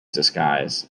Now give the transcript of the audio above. disguise